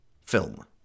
film